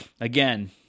again